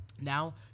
now